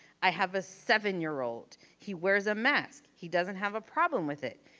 i have a seven year old. he wears a mask, he doesn't have a problem with it,